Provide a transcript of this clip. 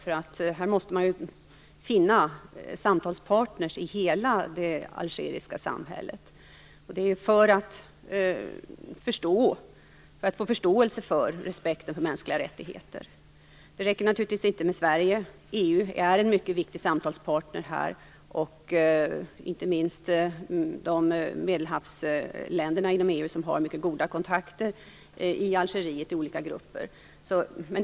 Man måste finna samtalspartner i hela det algeriska samhället för att få förståelse för respekten för mänskliga rättigheter. Det räcker naturligtvis inte med Sverige. EU är en mycket viktig samtalspartner - inte minst Medelhavsländerna inom EU, som har mycket goda kontakter med olika grupper i Algeriet.